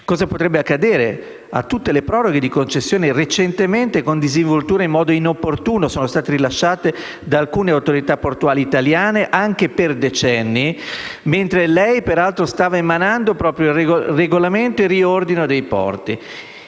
Cosa potrebbe accadere a tutte le proroghe di concessioni recentemente rilasciate, con disinvoltura e in modo inopportuno da alcune autorità portuali italiane anche per decenni, mentre lei peraltro stava emanando il regolamento per il riordino dei porti,